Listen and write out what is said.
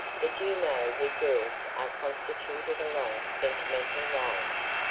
but you know we girls are constituted along sentimental lines,